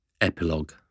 Epilogue